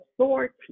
authority